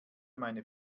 meine